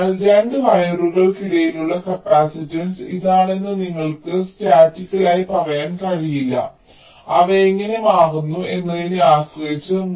അതിനാൽ 2 വയറുകൾക്കിടയിലുള്ള കപ്പാസിറ്റൻസ് ഇതാണ് എന്ന് നിങ്ങൾക്ക് സ്റ്റാറ്റിക്കലായി പറയാൻ കഴിയില്ല അവ എങ്ങനെ മാറുന്നു എന്നതിനെ ആശ്രയിച്ച്